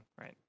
Right